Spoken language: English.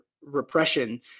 repression